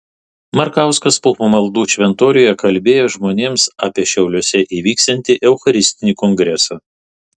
markauskas po pamaldų šventoriuje kalbėjo žmonėms apie šiauliuose įvyksiantį eucharistinį kongresą